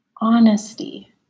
honesty